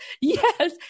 yes